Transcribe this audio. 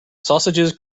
sausages